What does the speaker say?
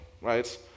right